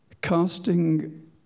casting